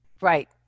right